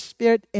Spirit